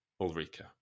Ulrika